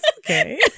okay